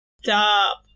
Stop